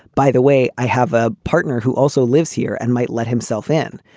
by the way, i have a partner who also lives here and might let himself in.